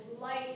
light